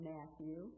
Matthew